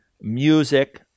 music